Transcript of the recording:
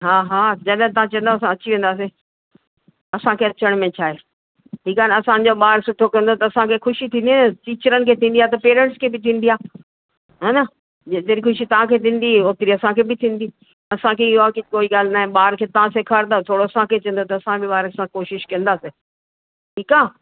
हा हा जॾहिं तव्हां चवंदो असां अची वेंदासीं असांखे अचनि में छा आहे ठीकु आहे न असांजो ॿार सुठो कंदो त असांखे ख़ुशी थींदी न टीचरनि खे थींदी आहे त पेरेंट्स खे बि थींदी आहे हे न ज जहिड़ी ख़ुशी तांखे थींदी ओतिरी असांखे बि थींदी असांखे इहो आहे की कोई ॻाल्हि न आहे ॿार खे तव्हां सेखारींदो थोरो असांखे चवंदो त असां बि ॿार सां कोशिशि कंदासीं ठीकु आहे